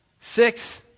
six